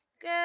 Good